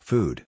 Food